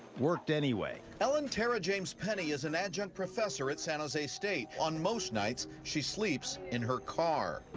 worked anyway. ellen tara james-penney is an adjunct professor at san jose state. on most nights, she sleeps in her car.